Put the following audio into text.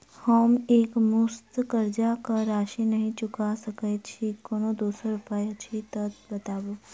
हम एकमुस्त कर्जा कऽ राशि नहि चुका सकय छी, कोनो दोसर उपाय अछि तऽ बताबु?